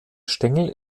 stängel